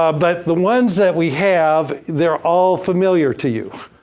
ah but the ones that we have, they're all familiar to you.